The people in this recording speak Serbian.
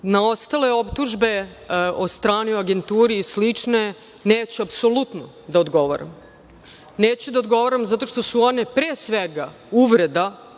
ostale optužbe o stranoj agenturi i slične, neću apsolutno da odgovaram. Neću da odgovaram, zato što su one pre svega uvreda